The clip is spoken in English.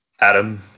Adam